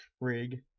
rig